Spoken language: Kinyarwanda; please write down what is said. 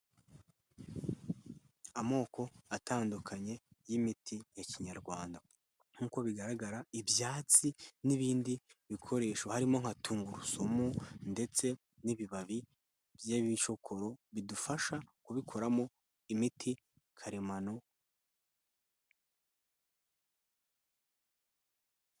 Amoko atandukanye y'imiti ya Kinyarwanda. Nk'uko bigaragara ibyatsi n'ibindi bikoresho harimo nka tungurusumu, ndetse n'ibibabi by'ibishokoro bidufasha kubikoramo imiti karemano.